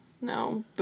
No